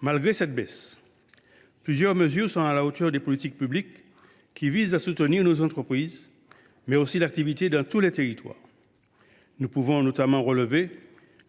Malgré cette baisse, plusieurs mesures sont à la hauteur des politiques publiques visant à soutenir nos entreprises, mais aussi l’activité dans tous les territoires. Je pense ainsi